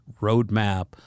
roadmap